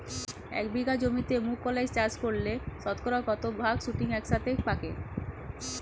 এক বিঘা জমিতে মুঘ কলাই চাষ করলে শতকরা কত ভাগ শুটিং একসাথে পাকে?